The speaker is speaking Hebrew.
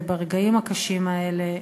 וברגעים הקשים האלה,